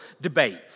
debate